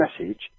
message